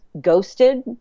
ghosted